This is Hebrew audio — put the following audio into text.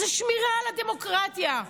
זאת שמירה על הדמוקרטיה.